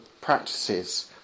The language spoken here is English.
practices